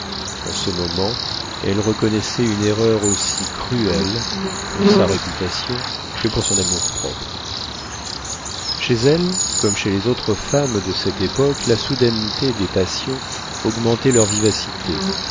en ce moment elle reconnaissait une erreur aussi cruelle pour sa réputation que pour son amour-propre chez elle comme chez les autres femmes de cette époque la soudaineté des passions augmentait leur vivacité